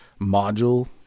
module